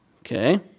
Okay